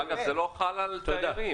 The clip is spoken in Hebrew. אבל זה לא חל על תיירים.